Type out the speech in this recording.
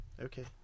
Okay